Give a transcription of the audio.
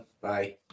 Bye